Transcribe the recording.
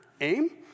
aim